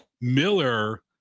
Miller